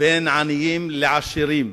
בין עניים לעשירים,